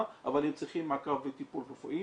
אבל הם צריכים מעקב וטיפול רפואי.